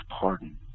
pardon